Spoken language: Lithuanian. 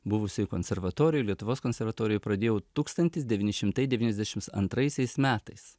buvusioj konservatorijoj lietuvos konservatorijoj pradėjau tūkstantis devyni šimtai devyniasdešims antraisiais metais